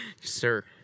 sir